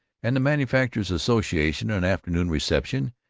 and the manufacturers' association an afternoon reception,